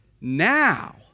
Now